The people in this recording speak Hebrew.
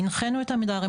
הנחינו את עמידר.